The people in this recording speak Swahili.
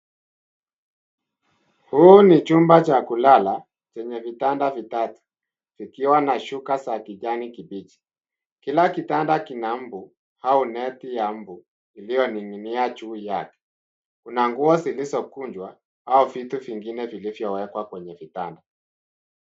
Huu ni chumba cha kulala chenye vitanda vitatu vikiwa na shuka za kijani kibichi. Kila kitanda kina mbu au neti ya mbu iliyoning'inia juu yake, kuna nguo zilizokunjwa au vitu vingine vilivyowekwa kwenye vitanda.